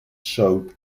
sought